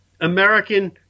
American